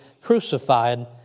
crucified